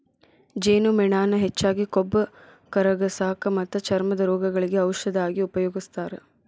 ಜೇನುಮೇಣಾನ ಹೆಚ್ಚಾಗಿ ಕೊಬ್ಬ ಕರಗಸಾಕ ಮತ್ತ ಚರ್ಮದ ರೋಗಗಳಿಗೆ ಔಷದ ಆಗಿ ಉಪಯೋಗಸ್ತಾರ